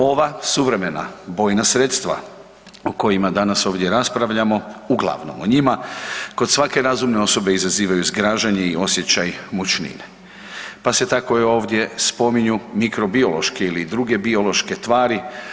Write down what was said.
Ova suvremena bojna sredstva o kojima danas ovdje raspravljamo uglavnom o njima kod svake razumne osobe izazivaju zgražanje i osjećaj mučnine, pa se tako i ovdje spominju mikrobiološke ili druge biološke tvari.